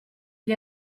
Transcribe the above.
gli